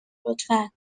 لطفا